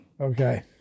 Okay